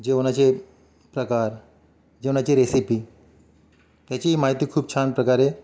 जेवणाचे प्रकार जेवणाची रेसिपी त्याची माहिती खूप छान प्रकारे